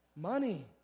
Money